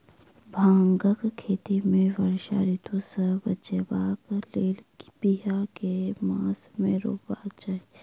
भांगक खेती केँ वर्षा ऋतु सऽ बचेबाक कऽ लेल, बिया केँ मास मे रोपबाक चाहि?